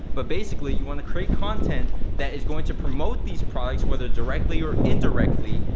but basically you wanna create content that is going to promote these products, whether directly or indirectly,